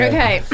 Okay